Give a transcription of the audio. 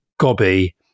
Gobby